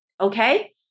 okay